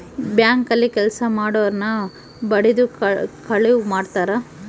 bank ಅಲ್ಲಿ ಕೆಲ್ಸ ಮಾಡೊರ್ನ ಬಡಿದು ಕಳುವ್ ಮಾಡ್ತಾರ